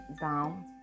down